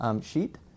sheet